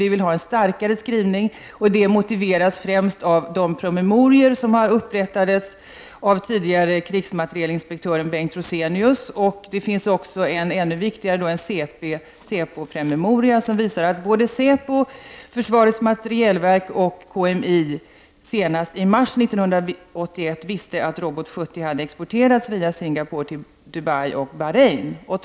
Vi vill ha en starkare skrivning, vilket främst motiveras av de promemorior som upprättades av tidigare krigsmaterielinspektör Bengt Rosenius. Ännu viktigare är en SÄPO-promemoria, som visar att såväl SÄPO som försvarets materielverk och KMI senast i mars 1981 visste att robot 70 hade exporterats via Singapore till Dubai och Bahrein.